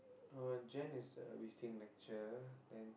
uh Jan is uh we still in lecture then